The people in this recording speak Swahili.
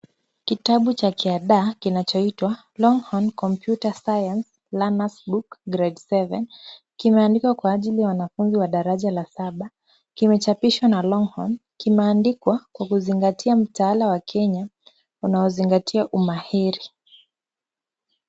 Kitabu cha kiadaa kinachoitwa Longhorn Computer Science learner's book Grade 7, kimeandikwa kwa sababu ya wanafunzi wa daraja la saba. Kimechapishwa na Longhorn. Kimeandikwa kikizingatia mtaala wa Kenya unaozingatia umahiri.